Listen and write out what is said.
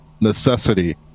necessity